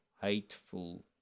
hateful